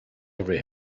every